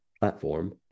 platform